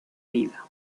vida